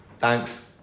Thanks